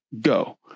go